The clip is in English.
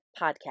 podcast